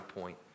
point